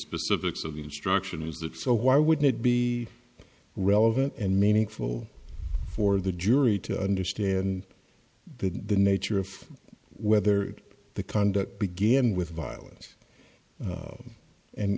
specifics of the instruction is that so why wouldn't it be relevant and meaningful for the jury to understand the nature of whether the conduct began with violence